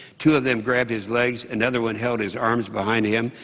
two of them grabbed his legs, another one held his arms behind him,